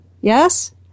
Yes